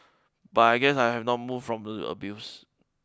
but I guess I have not moved on from the abuse